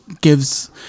gives